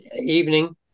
evening